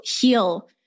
heal